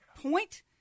point